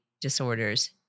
disorders